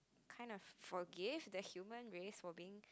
kind of forgive the human race for being